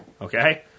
okay